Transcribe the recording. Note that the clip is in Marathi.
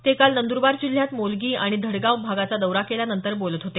ते काल नंदरबार जिल्ह्यात मोलगी आणि धडगाव भागाचा दौरा केल्यानंतर बोलत होते